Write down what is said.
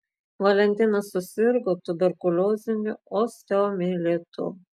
valentinas susirgo tuberkulioziniu osteomielitu